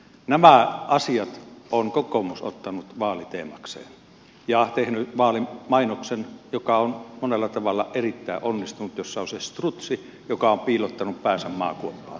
nämä asiat on kokoomus ottanut vaaliteemakseen ja tehnyt vaalimainoksen joka on monella tavalla erittäin onnistunut jossa on se strutsi joka on piilottanut päänsä maakuoppaan